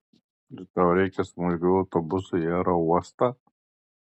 ir tau reikia smulkių autobusui į oro uostą